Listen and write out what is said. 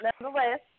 Nevertheless